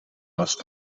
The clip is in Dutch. last